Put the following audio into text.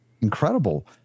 incredible